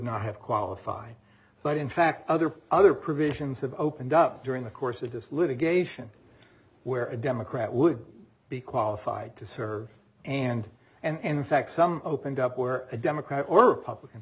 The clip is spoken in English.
not have qualified but in fact other other provisions have opened up during the course of this litigation where a democrat would be qualified to serve and and in fact some opened up where a democrat or republican